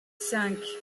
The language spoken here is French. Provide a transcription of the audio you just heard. cinq